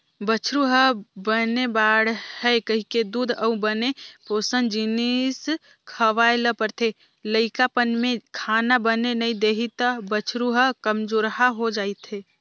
बछरु ह बने बाड़हय कहिके दूद अउ बने पोसन जिनिस खवाए ल परथे, लइकापन में खाना बने नइ देही त बछरू ह कमजोरहा हो जाएथे